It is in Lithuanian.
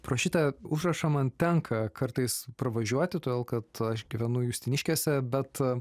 pro šitą užrašą man tenka kartais pravažiuoti todėl kad aš gyvenu justiniškėse bet